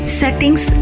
settings